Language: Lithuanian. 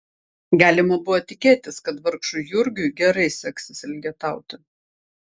galima buvo tikėtis kad vargšui jurgiui gerai seksis elgetauti